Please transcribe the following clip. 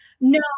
No